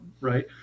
right